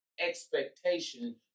expectation